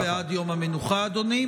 גם אנחנו בעד יום המנוחה, אדוני.